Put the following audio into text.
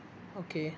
okay